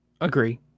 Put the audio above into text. Agree